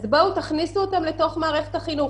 אז תכניסו אותם לתוך מערכת החינוך.